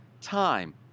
time